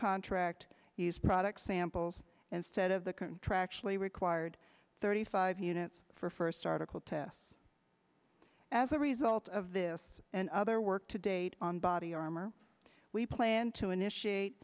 contract these products samples instead of the contractually required thirty five units for first article tests as a result of this and other work to date on body armor we plan to initiate